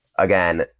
Again